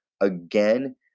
again